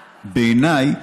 בעיניי,